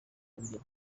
kubyina